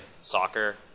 soccer